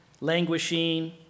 languishing